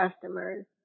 customers